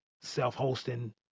self-hosting